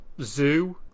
zoo